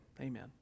Amen